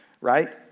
Right